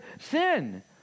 sin